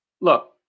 look